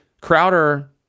Crowder